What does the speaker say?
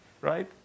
right